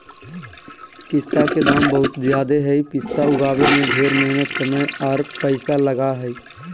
पिस्ता के दाम बहुत ज़्यादे हई पिस्ता उगाबे में ढेर मेहनत समय आर पैसा लगा हई